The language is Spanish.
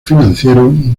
financieros